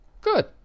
Good